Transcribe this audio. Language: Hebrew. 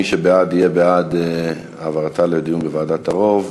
מי שבעד יהיה בעד העברתה לדיון בוועדת ערו"ב.